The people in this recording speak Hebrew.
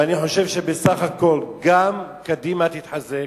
ואני חושב שבסך הכול גם קדימה תתחזק,